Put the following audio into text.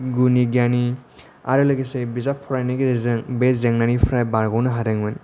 गुनि ग्यानि आरो लोगोसे बिजाब फरायनायनि गेजेरजों बे जेंनानिफ्राय बारग'नो हादोंमोन